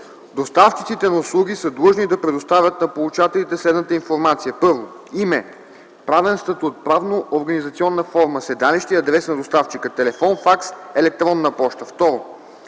Доставчиците на услуги са длъжни да предоставят на получателите следната информация: 1. име, правен статут, правно-организационна форма, седалище и адрес на доставчика, телефон, факс, електронна поща; 2.